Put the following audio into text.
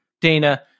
Dana